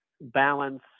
balance